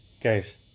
guys